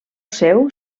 seu